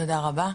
תודה רבה.